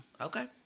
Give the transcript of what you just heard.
Okay